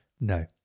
No